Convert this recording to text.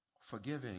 forgiving